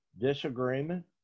disagreement